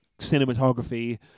cinematography